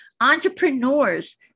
entrepreneurs